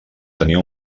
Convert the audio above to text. tenia